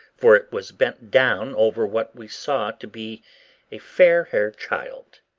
for it was bent down over what we saw to be a fair-haired child.